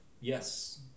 yes